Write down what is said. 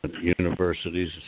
universities